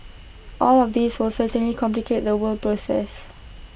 all of these will certainly complicate the were process